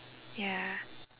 ya